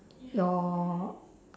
your